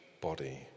body